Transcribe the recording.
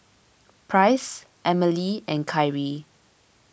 Price Emilee and Kyree